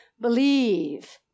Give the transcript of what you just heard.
Believe